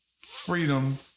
freedom